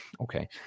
okay